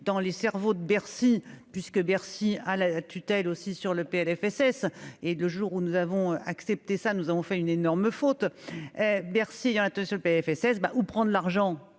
dans les cerveaux de Bercy puisque Bercy a la tutelle aussi sur le PLFSS et le jour où nous avons accepté ça, nous avons fait une énorme faute Bercy ce PLFSS ben où prendre l'argent